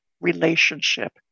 relationship